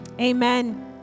Amen